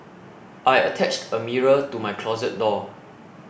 I attached a mirror to my closet door